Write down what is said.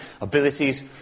abilities